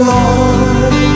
Lord